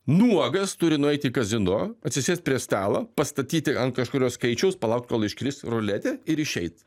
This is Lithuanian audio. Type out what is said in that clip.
nuogas turi nueiti į kazino atsisėst prie stalo pastatyti ant kažkurio skaičiaus palaukt kol iškris ruletė ir išeit